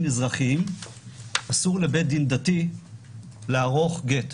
אזרחיים אסור לבית דין דתי לערוך גט.